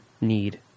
need